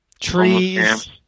Trees